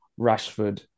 Rashford